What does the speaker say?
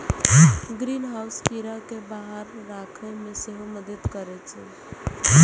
greenhouse कीड़ा कें बाहर राखै मे सेहो मदति करै छै